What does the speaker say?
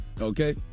Okay